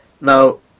Now